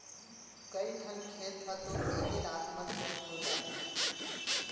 कइठन खेत ह तो एके रात म चट हो जाथे